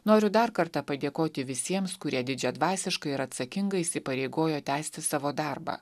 noriu dar kartą padėkoti visiems kurie didžiadvasiškai ir atsakingai įsipareigojo tęsti savo darbą